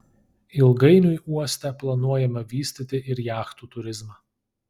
ilgainiui uoste planuojama vystyti ir jachtų turizmą